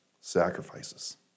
Sacrifices